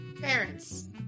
Parents